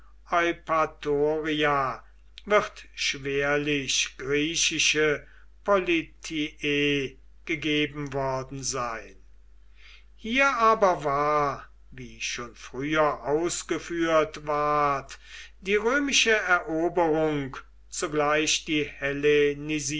eupatoria wird schwerlich griechische politie gegeben worden sein hier aber war wie schon früher ausgeführt ward die römische eroberung zugleich die